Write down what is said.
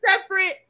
separate